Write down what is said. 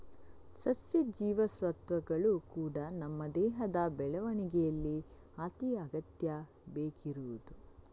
ಸಸ್ಯ ಜೀವಸತ್ವಗಳು ಕೂಡಾ ನಮ್ಮ ದೇಹದ ಬೆಳವಣಿಗೇಲಿ ಅತಿ ಅಗತ್ಯ ಬೇಕಿರುದು